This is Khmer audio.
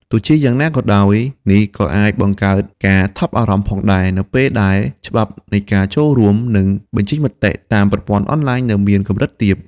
ទោះជាយ៉ាងណាក៏ដោយ នេះក៏អាចបង្កើតការថប់បារម្ភផងដែរ នៅពេលដែលច្បាប់នៃការចូលរួម និងបញ្ចេញមតិតាមប្រព័ន្ធអនឡាញនៅមានកម្រិតទាប។